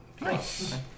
Nice